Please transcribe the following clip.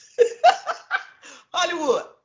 Hollywood